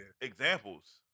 examples